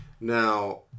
Now